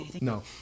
No